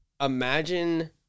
imagine